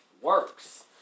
works